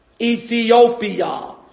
Ethiopia